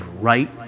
Right